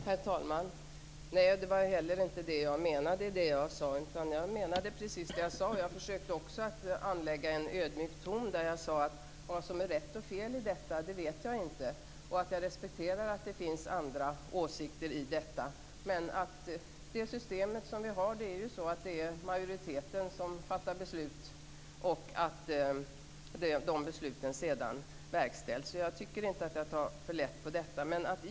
Herr talman! Det var heller inte det jag menade. Jag menade precis det jag sade. Jag försökte också anlägga en ödmjuk ton. Jag sade att jag inte vet vad som är rätt och fel i denna fråga och att jag respekterar andra åsikter. Det system vi har innebär att det är majoriteten som fattar beslut och att de besluten sedan verkställs. Jag tycker inte att jag tar för lätt på integritetsfrågorna.